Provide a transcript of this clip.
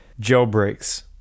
Jailbreaks